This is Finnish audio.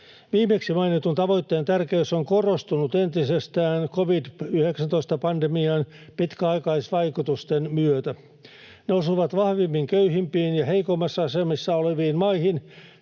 Viimeksi mainitun tavoitteen tärkeys on korostunut entisestään covid-19-pandemian pitkäaikaisvaikutusten myötä. Ne osuvat vahvimmin köyhimpiin ja heikoimmissa asemissa oleviin maihin,